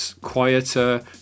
quieter